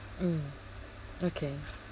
mm okay